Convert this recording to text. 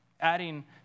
adding